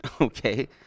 Okay